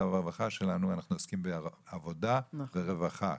והרווחה שלנו אנחנו עוסקים בעבודה ורווחה,